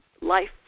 Life